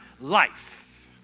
life